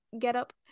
getup